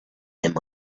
him